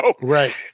Right